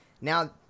Now